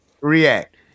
react